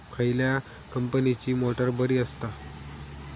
खयल्या कंपनीची मोटार बरी असता?